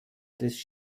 des